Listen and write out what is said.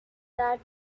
that